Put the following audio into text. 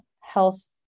health